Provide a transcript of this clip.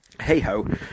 hey-ho